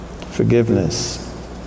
forgiveness